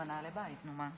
בבקשה.